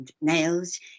nails